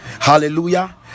hallelujah